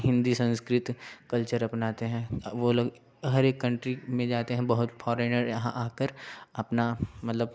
Hindi Sanskrit culture अपनाते हैं वो लोग हर एक कंट्री में जाते हैं बहुत फोरेनर यहाँ आकर अपना मतलब